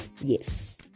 Yes